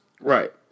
right